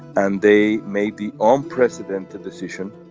and they made the unprecedented decision